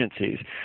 agencies